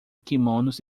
quimonos